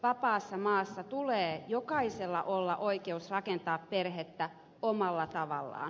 vapaassa maassa tulee jokaisella olla oikeus rakentaa perhettä omalla tavallaan